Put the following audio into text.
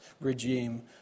regime